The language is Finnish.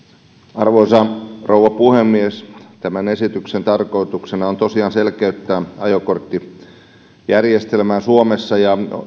arvoisa rouva puhemies tämän esityksen tarkoituksena on tosiaan selkeyttää ajokorttijärjestelmää suomessa ja